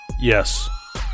Yes